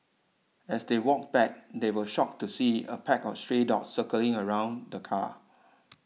as they walked back they were shocked to see a pack of stray dogs circling around the car